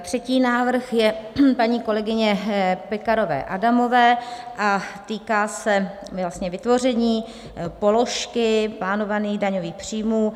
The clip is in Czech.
Třetí návrh je paní kolegyně Pekarové Adamové a týká se vlastně vytvoření položky plánovaných daňových příjmů.